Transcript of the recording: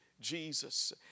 Jesus